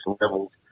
levels